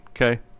Okay